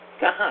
God